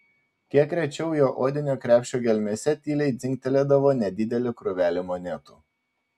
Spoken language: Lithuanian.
kiek rečiau jo odinio krepšio gelmėse tyliai dzingtelėdavo nedidelė krūvelė monetų